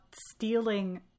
stealing